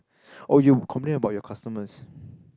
oh you complain about your customers